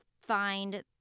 find